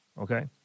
Okay